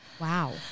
Wow